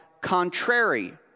contrary